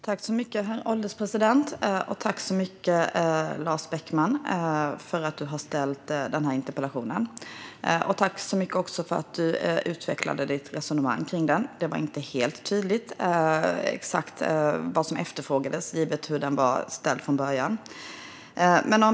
Herr ålderspresident! Tack, Lars Beckman, för att du har ställt den här interpellationen! Tack också för att du utvecklade ditt resonemang. Givet hur den var ställd från början var det inte helt tydligt exakt vad som efterfrågades.